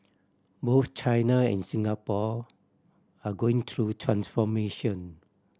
both China and Singapore are going through transformation